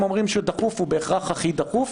אומרת שהוא דחוף הוא בהכרח הכי דחוף,